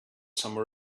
some